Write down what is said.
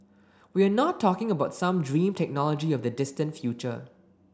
we are not talking about some dream technology of the distant future